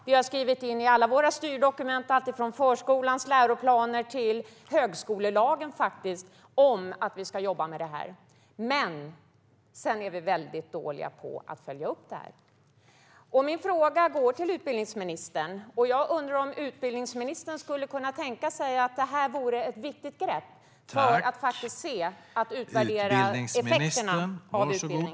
Vi har skrivit in i alla våra styrdokument, från förskolans läroplaner till högskolelagen, att vi ska jobba med detta. Men sedan är vi väldigt dåliga på att följa upp. Min fråga går till utbildningsministern. Kan detta vara ett viktigt grepp för att utvärdera effekterna av utbildning?